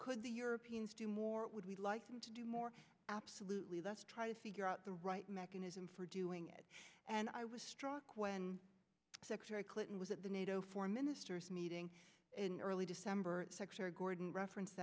could the europeans do more would we like them to do more absolutely let's try to figure out the right mechanism for doing it and i was struck when secretary clinton was at the nato foreign ministers meeting in early december secretary gordon reference